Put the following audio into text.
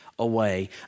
away